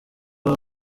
aba